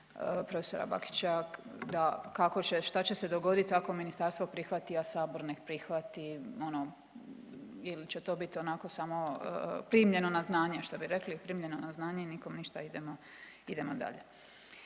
profesora Bakića da kako će, šta će se dogodit ako ministarstvo prihvati, a sabor ne prihvati, ono ili će to bit onako samo primljeno na znanje što bi rekli, primljeno na znanje i nikom ništa, idemo,